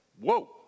whoa